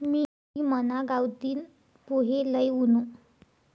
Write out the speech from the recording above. मी मना गावतीन पोहे लई वुनू